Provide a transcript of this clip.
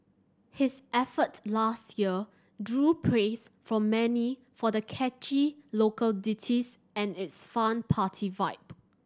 his effort last year drew praise from many for the catchy local ditties and its fun party vibe